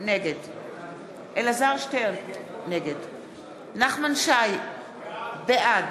נגד אלעזר שטרן, נגד נחמן שי, בעד